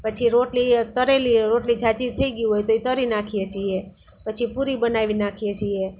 પછી રોટલી તળેલી રોટલી જાજી થઈ ગઈ હોય તો એ તળી નાખીએ છીએ પછી પૂરી બનાવી નાખીએ છીએ